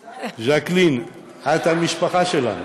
ז'קלין: את המשפחה שלנו,